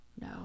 no